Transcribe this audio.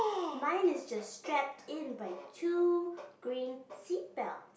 mine is just strapped in by two green seatbelt